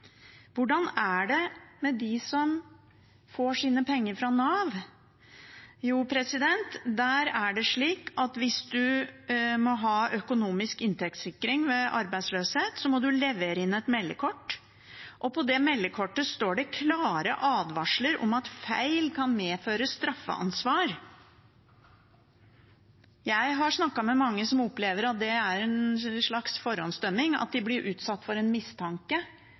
Hvordan er det med dem som får sine penger fra Nav? Der er det slik at hvis man må ha økonomisk inntektssikring ved arbeidsløshet, må man levere inn et meldekort. På det meldekortet står det klare advarsler om at feil kan medføre straffeansvar. Jeg har snakket med mange som opplever at det er en slags forhåndsdømming, at de blir utsatt for mistanke